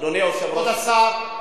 אדוני, שיהיה הסתה,